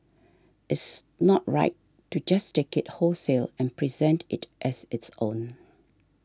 it's not right to just take it wholesale and present it as its own